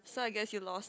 so I guess you lost